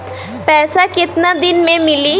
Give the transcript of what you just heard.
पैसा केतना दिन में मिली?